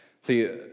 See